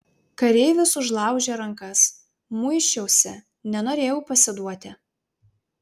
kareivis užlaužė rankas muisčiausi nenorėjau pasiduoti